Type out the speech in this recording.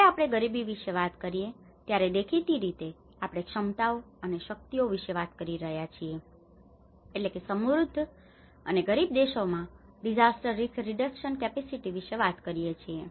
જ્યારે આપણે ગરીબી વિશે વાત કરીએ ત્યારે દેખીતી રીતે આપણે ક્ષમતાઓ અને શક્તિઓ વિશે વાત કરી રહ્યા છીએ એટલે કે સમૃદ્ધ અને ગરીબ દેશોમાં ડીઝાસ્ટર રિસ્ક રિડકશન કેપેસીટી વિશે વાત કરીએ છીએ